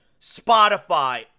Spotify